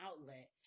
outlet